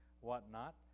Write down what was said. whatnot